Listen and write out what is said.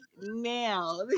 now